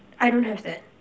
I don't have that